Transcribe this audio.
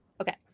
Okay